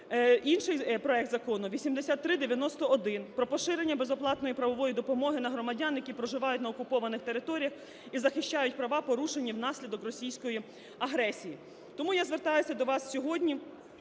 інший – проект Закону 8391 про поширення безоплатної правової допомоги на громадян, які проживають на окупованих територіях і захищають права, порушені внаслідок російської агресії. Тому я звертаюсь до вас сьогодні